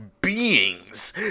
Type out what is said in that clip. beings